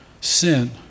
sin